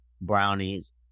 brownies